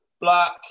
Black